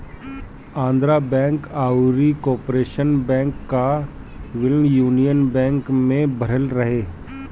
Andhra bank अउरी corporation bank कअ विलय यूनियन बैंक में भयल रहे